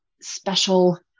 special